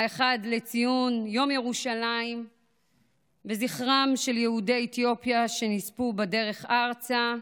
פעם אחת לציון יום ירושלים וזכרם של יהודי אתיופיה שנספו בדרך ארצה,